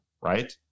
right